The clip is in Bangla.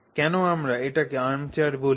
কেন আমরা এটিকে আর্মচেয়ার বলি